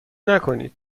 نکنید